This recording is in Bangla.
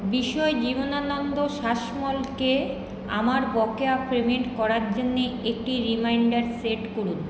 বিষয় জীবনানন্দ শাসমলকে আমার বকেয়া পেমেন্ট করার জন্য একটি রিমাইন্ডার সেট করুন